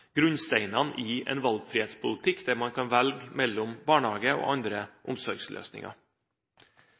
grunnsteinene i en valgfrihetspolitikk, der man kan velge mellom barnehage og andre omsorgsløsninger.